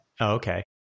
Okay